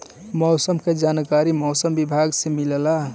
मौसम के जानकारी मौसम विभाग से मिलेला?